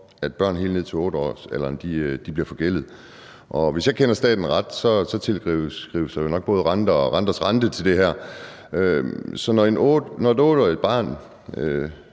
at børn helt ned til 8-årsalderen bliver forgældet. Hvis jeg kender staten ret, tilskrives der jo nok både renter og renters rente til det her. Så når et 8-årigt barn